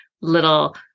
little